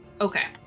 Okay